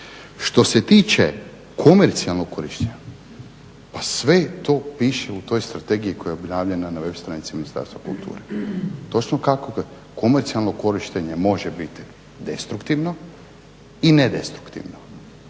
Što se tiče komercijalnog korištenja pa sve to piše u toj strategiji koja je objavljena na web stranicama Ministarstva kulture, točno tako. Komercijalno korištenje može biti destruktivno i nedestruktivno.